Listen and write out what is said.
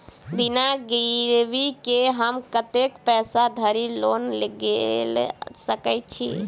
बिना गिरबी केँ हम कतेक पैसा धरि लोन गेल सकैत छी?